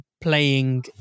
playing